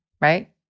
right